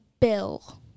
Bill